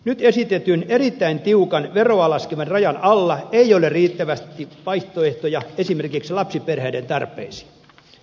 nyt esitetyn erittäin tiukan veroa laskevan rajan alla ei ole riittävästi vaihtoehtoja esimerkiksi lapsiperheiden tarpeisiin